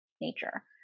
nature